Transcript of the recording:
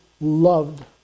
loved